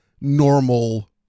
normal